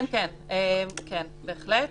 כן, בהחלט.